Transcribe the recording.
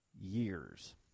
years